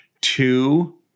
two